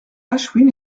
ashwin